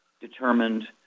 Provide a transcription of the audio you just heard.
determined